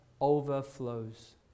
overflows